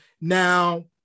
Now